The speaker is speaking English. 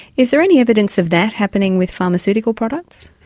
is there any evidence of that happening with pharmaceutical products?